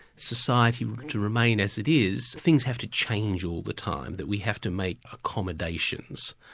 society to remain as it is, things have to change all the time, that we have to make accommodations.